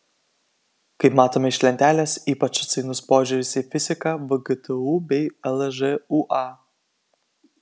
kaip matome iš lentelės ypač atsainus požiūris į fiziką vgtu bei lžūa